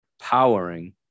powering